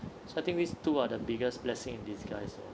so I think these two are the biggest blessing in disguise